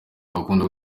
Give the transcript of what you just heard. akunda